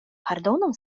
pardonon